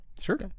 Sure